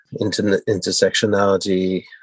Intersectionality